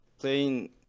playing